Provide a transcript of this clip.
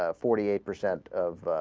ah forty eight percent of